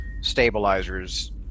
stabilizers –